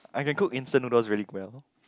I can cook instant noodles really well